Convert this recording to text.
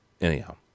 Anyhow